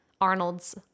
Arnold's